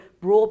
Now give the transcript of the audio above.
broad